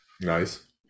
Nice